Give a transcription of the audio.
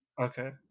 Okay